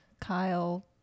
Kyle